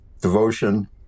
devotion